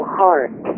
heart